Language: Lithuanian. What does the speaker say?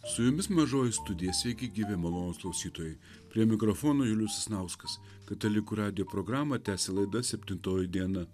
su jumis mažoji studija sveiki gyvi malonūs klausytojai prie mikrofono julius sasnauskas katalikų radijo programą tęsia laida septintoji diena